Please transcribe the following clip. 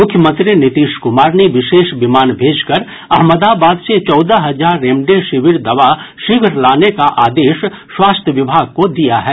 मुख्यमंत्री नीतीश कुमार ने विशेष विमान भेजकर अहमदाबाद से चौदह हजार रेमडेसिविर दवा शीघ्र लाने का आदेश स्वास्थ्य विभाग को दिया है